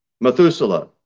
Methuselah